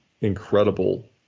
incredible